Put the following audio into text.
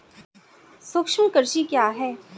सूक्ष्म कृषि क्या है?